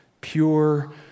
pure